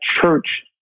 church